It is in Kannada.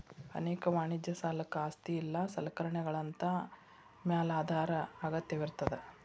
ಅನೇಕ ವಾಣಿಜ್ಯ ಸಾಲಕ್ಕ ಆಸ್ತಿ ಇಲ್ಲಾ ಸಲಕರಣೆಗಳಂತಾ ಮ್ಯಾಲಾಧಾರ ಅಗತ್ಯವಿರ್ತದ